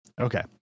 Okay